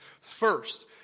first